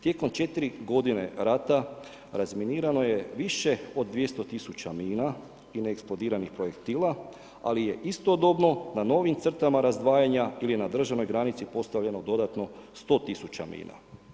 Tijekom 4 godine rata razminirano je više od 200 000 mina i neeksplodiranih projektila ali je istodobno na novim crtama razdvajanja ili na državnoj granici postavljeno dodatno 100 000 mina.